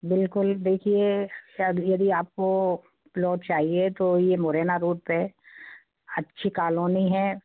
बिल्कुल देखिए सर यदि आपको प्लोट चाहिए तो ये मुरैना रोड पर अच्छी कालोनी है